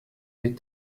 des